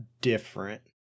different